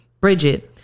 Bridget